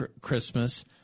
Christmas